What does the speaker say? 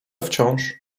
wciąż